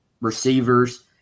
receivers